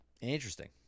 Interesting